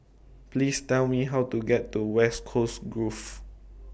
Please Tell Me How to get to West Coast Grove